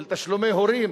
של תשלומי הורים,